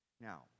Now